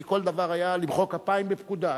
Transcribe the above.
כי כל דבר היה בפקודה: למחוא כפיים בפקודה,